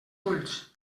ulls